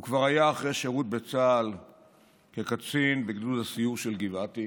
הוא כבר היה אחרי שירות בצה"ל כקצין בגדוד הסיור של גבעתי,